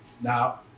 now